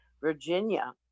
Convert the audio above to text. Virginia